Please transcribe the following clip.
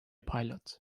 pilot